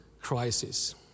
crisis